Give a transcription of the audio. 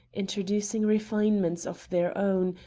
introducing refinements of their own,